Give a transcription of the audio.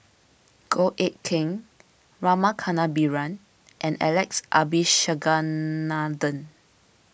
Goh Eck Kheng Rama Kannabiran and Alex Abisheganaden